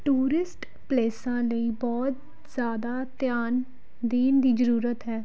tourist ਪਲੇਸਾਂ ਲਈ ਬਹੁਤ ਜ਼ਿਆਦਾ ਧਿਆਨ ਦੇਣ ਦੀ ਜ਼ਰੂਰਤ ਹੈ